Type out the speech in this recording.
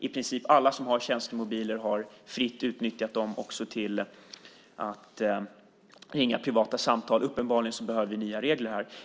I princip alla som har tjänstemobiler har fritt utnyttjat dem också till att ringa privata samtal. Uppenbarligen behöver vi nya regler här.